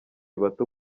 bato